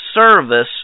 service